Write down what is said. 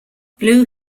blue